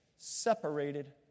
separated